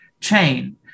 chain